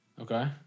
Okay